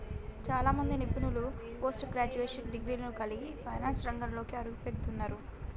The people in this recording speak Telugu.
చాలా మంది నిపుణులు పోస్ట్ గ్రాడ్యుయేట్ డిగ్రీలను కలిగి ఫైనాన్స్ రంగంలోకి అడుగుపెడుతున్నరు